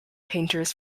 painters